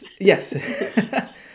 yes